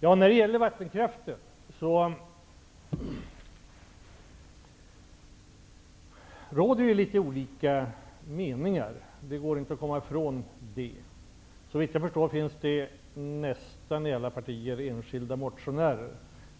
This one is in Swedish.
När det gäller frågan om vattenkraften råder olika meningar. Såvitt jag förstår finns det i nästan alla partier enskilda motionärer.